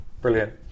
Brilliant